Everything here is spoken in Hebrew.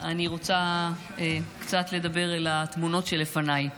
אני רוצה קצת לדבר אל התמונות שלפניי.